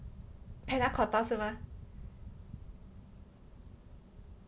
panna cotta 是 mah